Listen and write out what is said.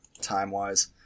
Time-wise